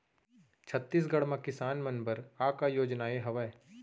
छत्तीसगढ़ म किसान मन बर का का योजनाएं हवय?